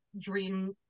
dream